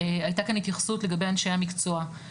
הייתה כאן התייחסות לגבי אנשי המקצוע,